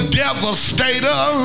devastator